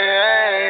hey